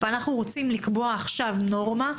אנחנו רוצים לקבוע עכשיו נורמה.